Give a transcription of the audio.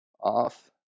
off